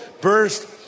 burst